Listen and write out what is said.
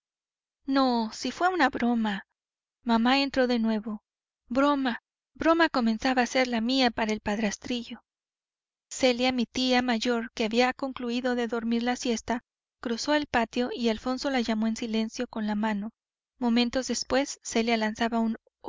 no si fué una broma mamá entró de nuevo broma broma comenzaba a ser la mía para el padrastrillo celia mi tía mayor que había concluído de dormir la siesta cruzó el patio y alfonso la llamó en silencio con la mano momentos después celia lanzaba un